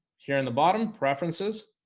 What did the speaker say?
here in the bottom preferences